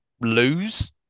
lose